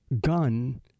gun